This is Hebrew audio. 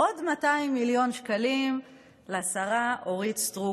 עוד 200 מיליון שקלים לשרה אורית סטרוק.